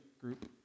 group